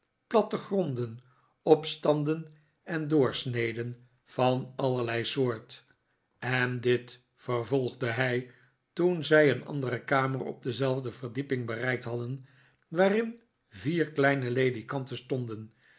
plattegronden opstanden en doorsneden van allerlei soort en dit vervolgde hij toen zij een andere kamer op dezelfde verdieping bereikt hadden waarin vier kleine ledikanten stonden